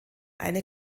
eine